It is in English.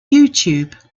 youtube